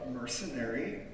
mercenary